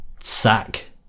sack